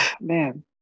Man